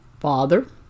Father